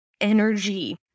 energy